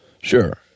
sure